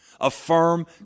affirm